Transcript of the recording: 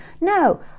No